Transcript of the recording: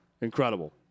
incredible